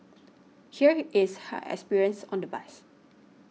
here is her experience on the bus